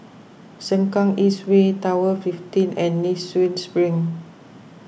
Sengkang East Way Tower fifteen and Nee Soon Spring